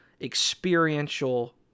experiential